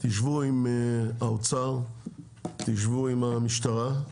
תשבו עם האוצר ועם המשטרה,